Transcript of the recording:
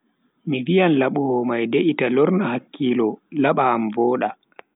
Mi viyan labowo mai de'ita lorna hakkilo laba am voda.